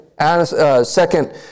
second